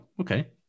Okay